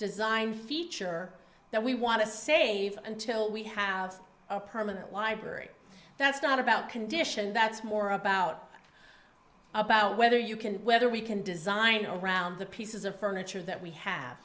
design feature that we want to save until we have a permanent library that's not about condition that's more about about whether you can whether we can design around the pieces of furniture that we have